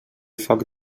foc